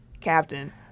captain